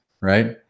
right